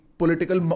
political